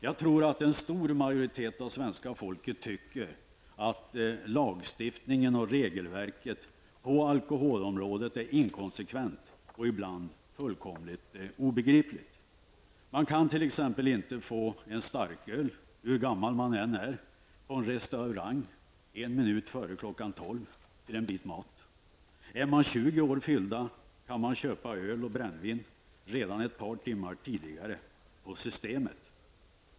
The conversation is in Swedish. Jag tror att en stor majoritet av svenska folket tycker att lagstiftningen och regelverket på alkoholområdet är inkonsekventa och ibland fullkomligt obegripliga. Man kan t.ex. inte få en starköl hur gammal man än är på en restaurang en minut före kl. 12.00 till en bit mat. När man är 20 år fyllda kan man köpa öl och brännvin ett par timmar före kl. 12.00 på Systemet.